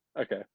okay